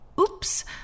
Oops